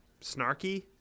snarky